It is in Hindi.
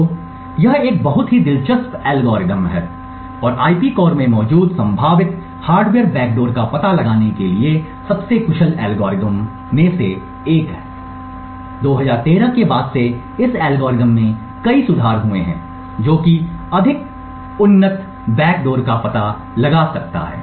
तो यह एक बहुत ही दिलचस्प एल्गोरिथ्म है और आईपी कोर में मौजूद संभावित हार्डवेयर बैकडोर का पता लगाने के लिए सबसे कुशल एल्गोरिदम में से एक है और 2013 के बाद से इस एल्गोरिथ्म में कई सुधार हुए हैं जो कि अधिक उन्नत बैकडोर का पता लगा सकता है